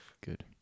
Good